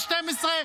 12N,